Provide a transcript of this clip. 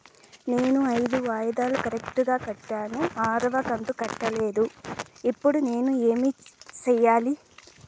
నేను ఐదు వాయిదాలు కరెక్టు గా కట్టాను, ఆరవ కంతు కట్టలేదు, ఇప్పుడు నేను ఏమి సెయ్యాలి?